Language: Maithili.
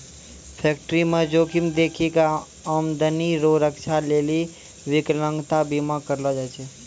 फैक्टरीमे जोखिम देखी कय आमदनी रो रक्षा लेली बिकलांता बीमा करलो जाय छै